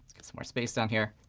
some more space down here.